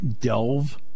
delve